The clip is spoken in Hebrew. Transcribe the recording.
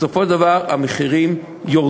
בסופו של דבר המחירים יורדים.